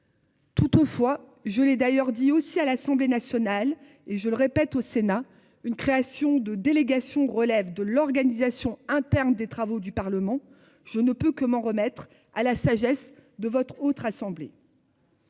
Toutefois, je l'ai d'ailleurs dit aussi à l'Assemblée nationale et je le répète, au Sénat, une création de délégation relève de l'organisation interne des travaux du Parlement. Je ne peux que m'en remettre à la sagesse de votre outre assemblée.